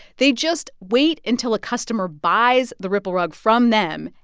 they just wait until a customer buys the ripple rug from them,